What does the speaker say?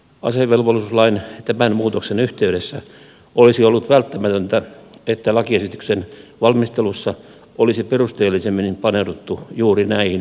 asevelvollisuuslain tämän muutoksen yhteydessä olisi ollut välttämätöntä että lakiesityksen valmistelussa olisi perusteellisemmin paneuduttu juuri näihin vaikutuksiin